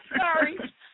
sorry